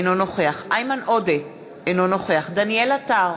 אינו נוכח איימן עודה, אינו נוכח דניאל עטר,